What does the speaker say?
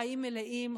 חיים מלאים,